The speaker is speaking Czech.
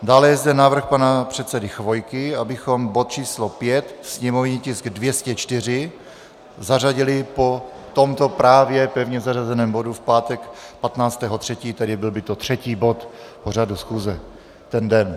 Dále je zde návrh pana předsedy Chvojky, abychom bod č. 5, sněmovní tisk 204, zařadili po tomto právě pevně zařazeném bodu v pátek 15. 3., tedy byl by to třetí bod pořadu schůze ten den.